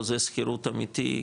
חוזה שכירות אמיתי,